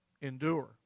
endure